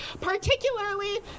particularly